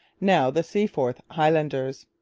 now the seaforth highlanders.